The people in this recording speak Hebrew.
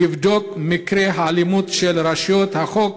לבדוק את מקרי האלימות של רשויות החוק